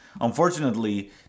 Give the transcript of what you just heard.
Unfortunately